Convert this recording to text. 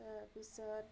তাৰ পিছত